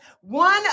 one